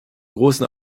großen